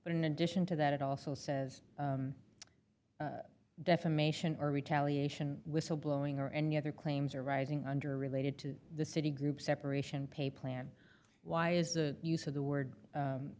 but in addition to that it also says defamation or retaliation whistleblowing or any other claims arising under related to the citi group separation pay plan why is the use of the word